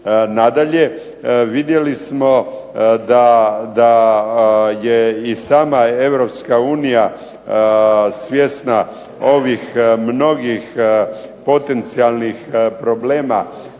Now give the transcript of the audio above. Nadalje, vidjeli smo da je i sama Europska unija svjesna ovih mnogih potencijalnih problema